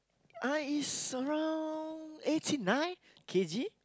I is around eighteen right k_g